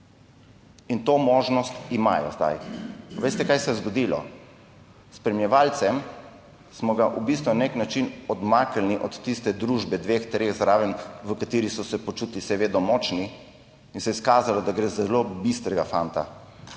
in to možnost imajo zdaj. Veste, kaj se je zgodilo? S spremljevalcem smo ga v bistvu na nek način odmaknili od tiste družbe dveh, treh zraven, v kateri se je počutili seveda močnega, in se je izkazalo, da gre za zelo bistrega fanta,